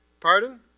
Pardon